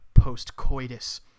post-coitus